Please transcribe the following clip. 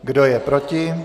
Kdo je proti?